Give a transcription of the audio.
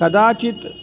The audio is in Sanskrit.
कदाचित्